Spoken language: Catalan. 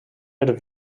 per